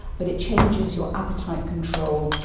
but it changes your appetite control,